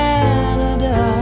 Canada